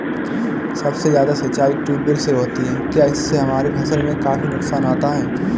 सबसे ज्यादा सिंचाई ट्यूबवेल से होती है क्या इससे हमारे फसल में काफी नुकसान आता है?